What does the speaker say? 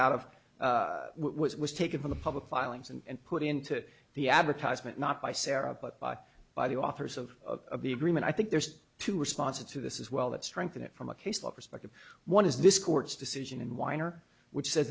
out of it was taken from the public filings and put into the advertisement not by sarah but by by the authors of the agreement i think there's two responses to this is well that strengthen it from a case law perspective one is this court's decision in weiner which sa